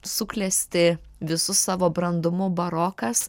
suklesti visu savo brandumu barokas